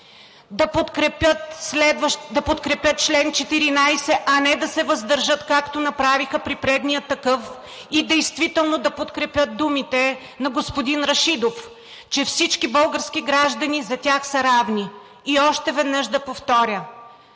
да подкрепят чл. 14, а не да се въздържат, както направиха при предния такъв, и действително да подкрепят думите на господин Рашидов – че всички български граждани за тях са равни. И още веднъж да повторя: